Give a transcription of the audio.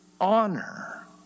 honor